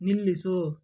ನಿಲ್ಲಿಸು